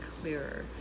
clearer